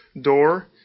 door